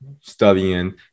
studying